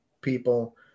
people